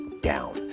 down